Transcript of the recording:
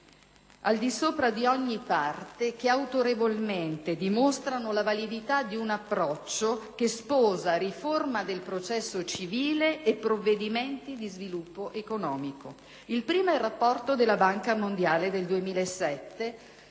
al di sopra di ogni parte, che autorevolmente dimostrano la validità di un approccio che sposa riforma del processo civile e provvedimenti di sviluppo economico. La prima è il rapporto della Banca mondiale del 2007,